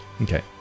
Okay